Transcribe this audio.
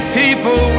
people